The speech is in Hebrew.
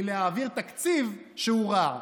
מלהעביר תקציב שהוא רע,